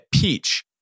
Peach